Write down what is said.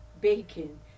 bacon